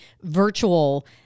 virtual